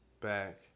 Back